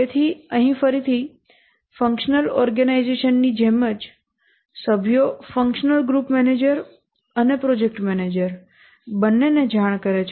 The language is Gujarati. તેથી અહીં ફરીથી ફંક્શનલ ઓર્ગેનાઇઝેશન ની જેમ જ સભ્યો ફંક્શનલ ગ્રુપ મેનેજર અને પ્રોજેક્ટ મેનેજર બંનેને જાણ કરે છે